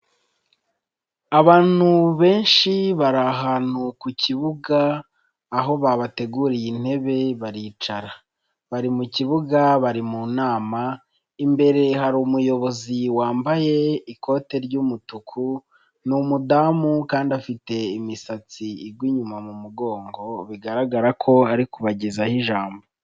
Abantu benshi bari ahantu ku kibuga, aho babateguriye intebe baricara. Bari mu kibuga, bari mu nama, imbere hari umuyobozi wambaye ikote ry'umutuku, ni umudamu kandi afite imisatsi igwa inyuma mu mugongo, bigaragara ko ari kubagezaho ijambo.